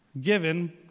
given